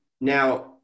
Now